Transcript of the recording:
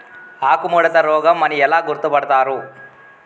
ఆకుముడత రోగం అని ఎలా గుర్తుపడతారు?